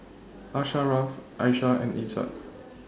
Asharaff Aisyah and Izzat